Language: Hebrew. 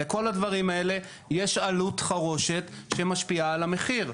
לכל הדברים האלה יש עלות חרושת שמשפיעה על המחיר.